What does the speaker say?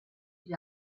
gli